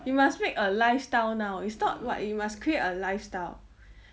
you must make a lifestyle now it's not what you must create a lifestyle